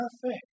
perfect